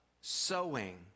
sowing